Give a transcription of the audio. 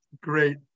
great